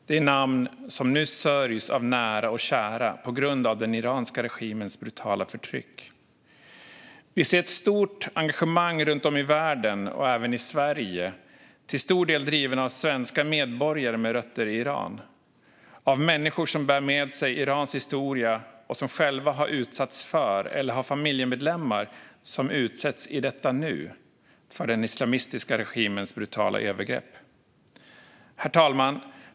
Det är namn som nu sörjs av nära och kära på grund av den iranska regimens brutala förtryck. Vi ser ett stort engagemang runt om i världen och även i Sverige, till stor del drivet av svenska medborgare med rötter i Iran. Det är människor som bär med sig Irans historia och som själva har utsatts, eller har familjemedlemmar som utsätts i detta nu, för den islamistiska regimens brutala övergrepp. Herr talman!